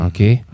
Okay